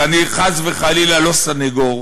ואני חס וחלילה לא סנגור,